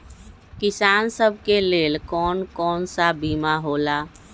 किसान सब के लेल कौन कौन सा बीमा होला?